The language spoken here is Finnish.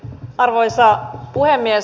arvoisa puhemies